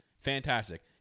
fantastic